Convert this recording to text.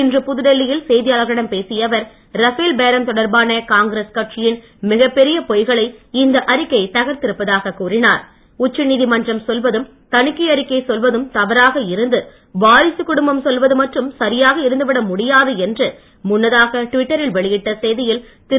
இன்று புதுடெல்லியில் செய்தியாளர்களிடம் பேசிய அவர் ரபேல் பேரம் தொடர்பான காங்கிரஸ் கட்சியின் மிக பெரிய பொய்களை இந்த அறிக்கை தகர்த்திருப்பதாக சொல்வதும் தணிக்கை அறிக்கை சொல்வதும் தவறாக இருந்து வாரிசுக் குடும்பம் சொல்வது மட்டும் சரியாக இருந்து விட முடியாது என்று முன்னதாக டுவிட்டரில் வெளியிட்ட செய்தியில் திரு